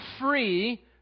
free